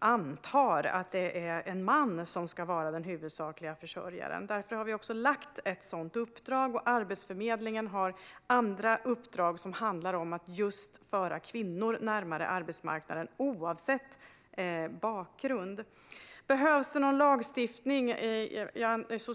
anta att en man ska vara den huvudsakliga försörjaren. Därför har vi skapat ett sådant uppdrag. Även Arbetsförmedlingen har fått i uppdrag att föra just kvinnor, oavsett bakgrund, närmare arbetsmarknaden. Jag fick frågan om det behövs någon ny lagstiftning.